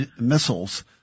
missiles